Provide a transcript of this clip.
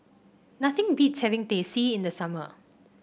nothing beats having Teh C in the summer